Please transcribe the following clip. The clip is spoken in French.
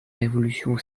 évolution